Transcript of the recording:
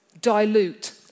dilute